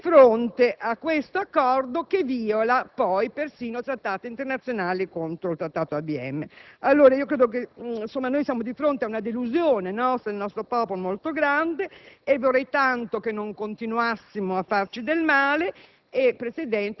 trova di fronte a questo accordo che viola persino trattati internazionali come il trattato ABM. Allora, credo che siamo di fronte ad una delusione. Il nostro popolo è molto grande e vorrei tanto che non continuassimo a farci del male